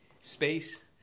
space